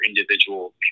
individual